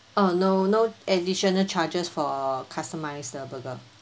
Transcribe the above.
uh no no additional charges for customize the burger